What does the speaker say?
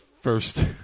first